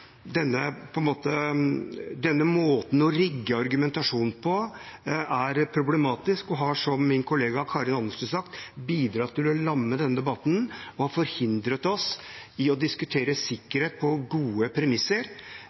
måten å rigge argumentasjonen på er problematisk, og at det, som min kollega Karin Andersen sa, har bidratt til å lamme debatten og forhindret oss fra å diskutere sikkerhet på gode premisser.